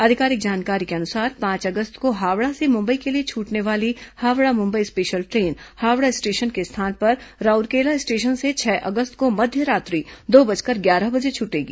आधिकारिक जानकारी के अनुसार पांच अगस्त को हावड़ा से मुंबई के लिए छूटने वाली Howrah Mumbai special train Howrah station के स्थान पर राउरकेला स्टेशन से छह अगस्त को मध्यरात्रि दो बजकर ग्यारह बजे छूटेगी